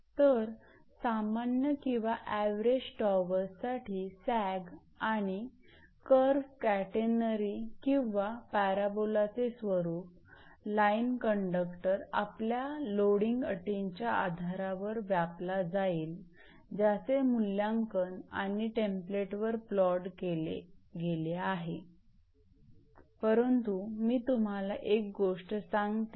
तर सामान्य किंवा अवरेज टॉवर्ससाठी सॅग आणि कर्व्ह केटेनरी किंवा पॅराबोलाचे स्वरूप लाइन कंडक्टरआपल्या लोडिंग अटींच्या आधारावर व्यापला जाईल ज्याचे मूल्यांकन आणि टेम्पलेटवर प्लॉट केले गेले आहे परंतु मी तुम्हाला एक गोष्ट सांगते